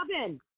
Robin